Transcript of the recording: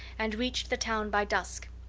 and reached the town by dusk.